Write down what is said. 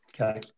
okay